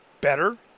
Better